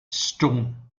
stone